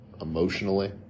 emotionally